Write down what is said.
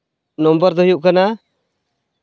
number ᱫᱚ ᱦᱩᱭᱩᱜ ᱠᱟᱱᱟ